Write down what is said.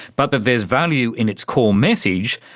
but that there's value in its core message,